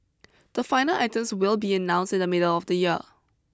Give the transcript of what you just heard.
the final items will be announced in the middle of the year